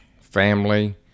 family